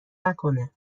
نکنه